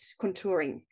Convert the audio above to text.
contouring